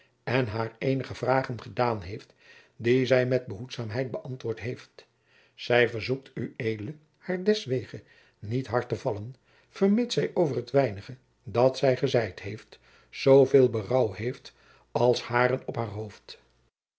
pleegzoon haar eenige vragen gedaan heeft die zij met behoedzaamheid beantwoord heeft zij verzoekt ued haar deswege niet hard te vallen vermits zij over het weinige dat zij gezeid heeft zooveel berouw heeft als hairen op haar hoofd